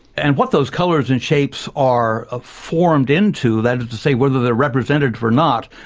and what those colours and shapes are ah formed into, that is to say whether they're representative or not,